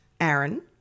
Aaron